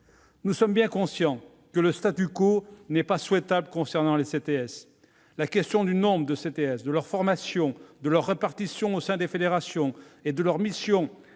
Nous sommes bien conscients que le n'est pas souhaitable concernant le CTS : se pose la question de leur nombre, de leur formation, de leur répartition au sein des fédérations et de leurs missions